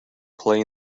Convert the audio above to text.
play